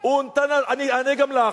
אני אענה גם לך.